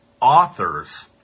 authors